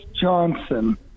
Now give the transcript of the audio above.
Johnson